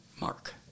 mark